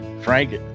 Frank